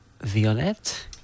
Violet